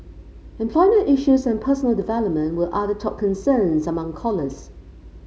employment issues and personal development were other top concerns among callers